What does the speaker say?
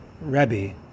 Rebbe